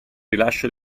rilascio